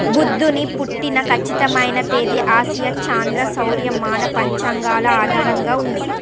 బుద్ధుని పుట్టిన ఖచ్చితమైన తేదీ ఆసియా చాంద్ర సౌర్య మాన పంచాంగాల ఆధారంగా ఉంది